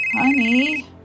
Honey